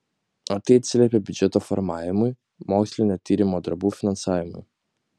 o tai atsiliepia biudžeto formavimui mokslinio tyrimo darbų finansavimui